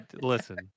Listen